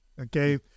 Okay